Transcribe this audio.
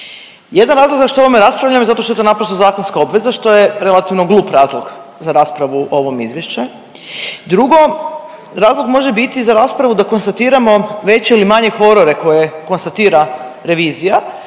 Jedan razlog zašto o ovome raspravljamo zato što je to naprosto zakonska obveza što je relativno glup razlog za raspravu o ovom izvješću. Drugo, razlog može biti za raspravu da konstatiramo veće ili manje horore koje konstatira revizija.